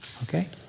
Okay